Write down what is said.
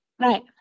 Right